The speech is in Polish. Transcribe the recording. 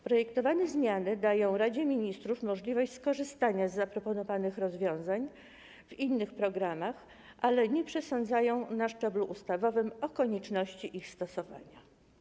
Projektowane zmiany dają Radzie Ministrów możliwość skorzystania z zaproponowanych rozwiązań również w przypadku innych programów, ale nie przesądzają na szczeblu ustawowym o konieczności ich stosowania.